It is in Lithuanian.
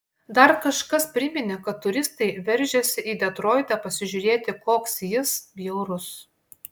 dar kažkas priminė kad turistai veržiasi į detroitą pasižiūrėti koks jis bjaurus